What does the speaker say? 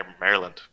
Maryland